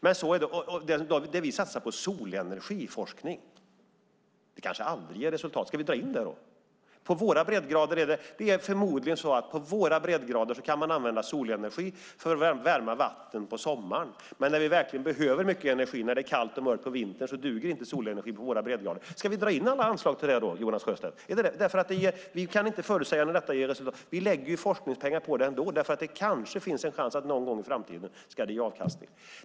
Det som vi satsar på solenergiforskning kanske aldrig ger resultat. Ska vi dra in det då? På våra breddgrader kan man förmodligen använda solenergi för att värma vatten på sommaren. Men när vi verkligen behöver mycket energi när det är kallt och mörkt på vintern duger inte solenergin på våra breddgrader. Ska vi dra in alla anslag till denna forskning då, Jonas Sjöstedt, därför att vi inte kan förutsäga när den ger resultat? Men vi lägger forskningspengar på den ändå därför att det kanske finns en chans att den någon gång i framtiden ska ge avkastning.